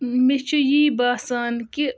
مےٚ چھُ یی باسان کہِ